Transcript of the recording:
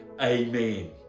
amen